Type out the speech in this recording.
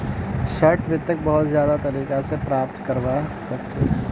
short वित्तक बहुत ज्यादा तरीका स प्राप्त करवा सख छी